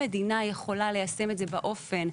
גם לאיגודי הערים וגם לשלטון המקומי.